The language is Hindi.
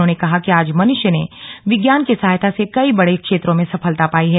उन्होंने कहा कि आज मनुष्य ने विज्ञान की सहायता से कई बड़े क्षेत्रों में सफलता पाई है